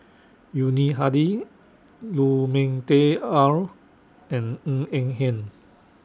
Yuni Hadi Lu Ming Teh Earl and Ng Eng Hen